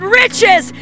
riches